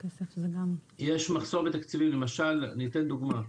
יש מחסור בתקציבים, למשל אני אתן דוגמה.